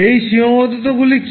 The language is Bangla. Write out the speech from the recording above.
এই সীমাবদ্ধতাগুলি কি